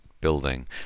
building